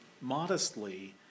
modestly